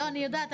לא, אני יודעת.